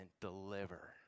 deliver